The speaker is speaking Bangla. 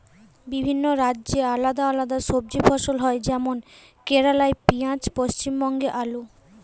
বিভিন্ন রাজ্যে আলদা আলদা সবজি ফসল হয় যেমন কেরালাই পিঁয়াজ, পশ্চিমবঙ্গে আলু